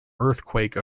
earthquake